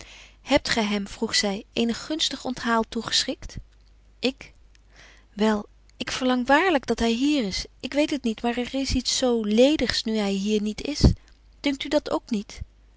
gy hem vroeg zy eenig gunstig onthaal toegeschikt ik wel ik verlang waarlyk dat hy hier is ik weet het niet maar er is iets zo ledigs nu hy hier niet is dunkt u dat ook niet